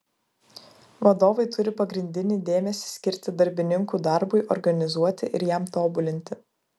vadovai turi pagrindinį dėmesį skirti darbininkų darbui organizuoti ir jam tobulinti